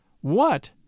What